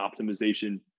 optimization